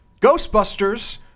Ghostbusters